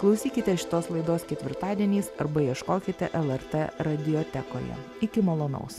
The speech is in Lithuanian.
klausykite šitos laidos ketvirtadieniais arba ieškokite lrt radiotekoje iki malonaus